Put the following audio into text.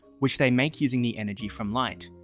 which they make using the energy from light.